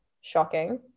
shocking